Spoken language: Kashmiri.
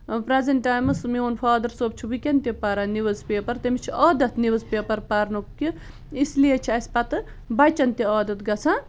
پرٛٮ۪زنٛٹ ٹایمس میون فادر صٲب چھُ وٕکٮ۪ن تہِ پَران نِوٕز پیپر تٔمِس چھُ عادتھ نِوٕز پیپر پرنُک کہِ اِس لیے چھِ اَسہِ پتہٕ بَچن تہِ عادتھ گَژھان